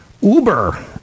Uber